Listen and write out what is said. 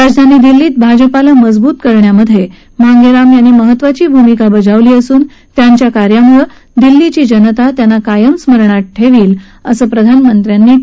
राजधानी दिल्लीत भाजपाला मजबूत करण्यात मांगे राम यांनी महत्त्वाची भूमिका बजावली असून त्यांच्या कार्यमुळे दिल्लीची जनता त्यांना कायम स्मरणात ठेवतील असं प्रधानमंत्र्यांनी वि